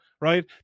right